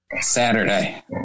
Saturday